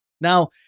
Now